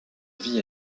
vie